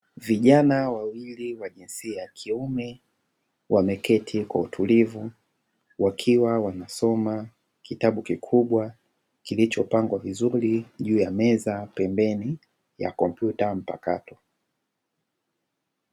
Vijana wawili wa jinsi ya kiume wameketi kwa utulivu, wakiwa wanasoma kitabu kikubwa kilichopangwa vizuri juu ya meza, pembeni ya kompyuta mpakato.